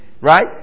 Right